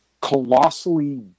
colossally